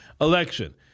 election